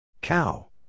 Cow